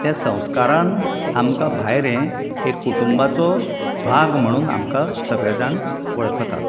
ते संस्कारान आमका भायर हे एक कुटूंबाचो भाग म्हणून आमकां सगळे जाण वळखतात